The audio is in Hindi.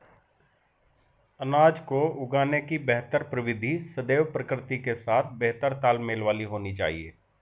अनाज को उगाने की बेहतर प्रविधि सदैव प्रकृति के साथ बेहतर तालमेल वाली होनी चाहिए